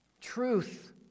Truth